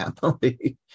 family